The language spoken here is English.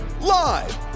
live